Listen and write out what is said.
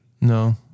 No